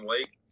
Lake